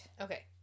Okay